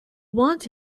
want